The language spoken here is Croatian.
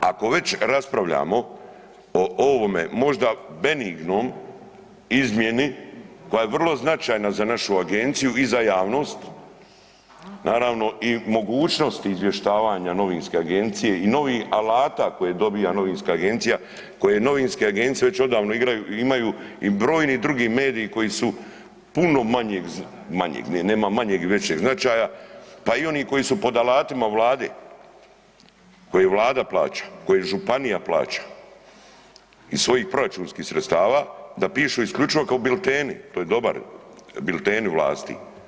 Ako već raspravljamo o ovome možda benignom izmjeni koja je vrlo značajna za našu agenciju i za javnost, naravno i mogućnosti izvještavanja novinske agencije i novi alata koje dobija novinska agencije, koje novinske agencije već odavno igraju, imaju i brojni drugi mediji koji su puno manjeg, manjeg, nema manjeg i većeg značaja, pa i oni koji su pod alatima vlade, koje vlada plaća, koje županija plaća iz svojih proračunskih sredstava, da pišu isključivo kao bilteni, to je dobar, bilteni vlasti.